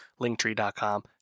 linktree.com